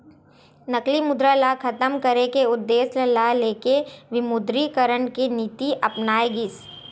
नकली मुद्रा ल खतम करे के उद्देश्य ल लेके विमुद्रीकरन के नीति अपनाए गिस